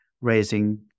raising